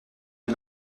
les